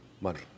money